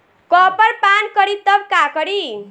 Copper पान करी तब का करी?